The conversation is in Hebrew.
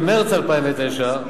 במרס 2009,